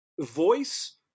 voice